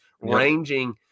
ranging